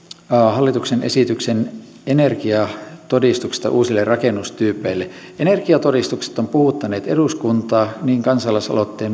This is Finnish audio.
hallituksen esityksen energiatodistuksista uusille rakennustyypeille energiatodistukset ovat puhuttaneet eduskuntaa niin kansalais aloitteen